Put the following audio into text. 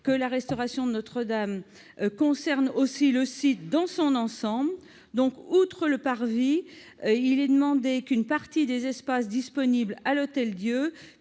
que la restauration concerne également le site dans son ensemble. Outre le parvis, il est demandé qu'une partie des espaces disponibles à l'Hôtel-Dieu